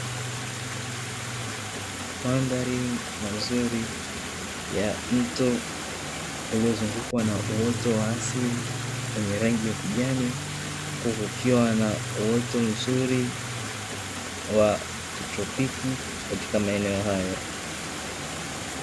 Mandhari mazuri ya mto uliozungukwa na uoto wa asili wenye rangi ya kijani, huku kukiwa na uoto mzuri wa kitropiki katika maeneo hayo.